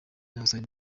ndabasaba